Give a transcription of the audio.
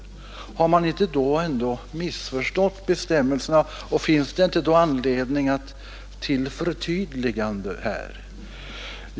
Har man inte då ändå missförstått bestämmelser na och finns det inte därför anledning till förtydligande?